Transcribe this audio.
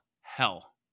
hell